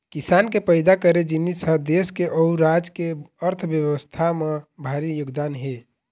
किसान के पइदा करे जिनिस ह देस के अउ राज के अर्थबेवस्था म भारी योगदान हे